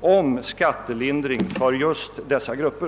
om skattelindring för just dessa grupper.